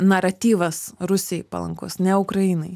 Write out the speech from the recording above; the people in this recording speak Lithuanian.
naratyvas rusijai palankus ne ukrainai